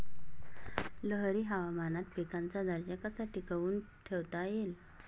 लहरी हवामानात पिकाचा दर्जा कसा टिकवून ठेवता येईल?